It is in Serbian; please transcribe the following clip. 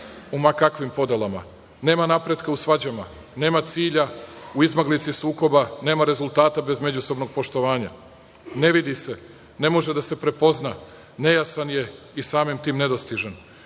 u ma kakvim podelama. Nema napretka u svađama, nema cilja u izmaglici sukoba. Nema rezultata bez međusobnog poštovanja. Ne vidi se, ne može da se prepozna, nejasan je i samim tim nedostižan. Moja